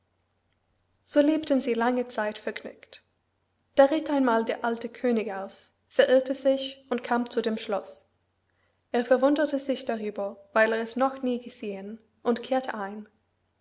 so lebten sie lange zeit vergnügt da ritt einmal der alte könig aus verirrte sich und kam zu dem schloß er verwunderte sich darüber weil er es noch nie gesehen und kehrte ein